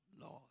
Lord